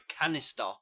canister